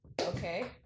Okay